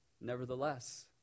Nevertheless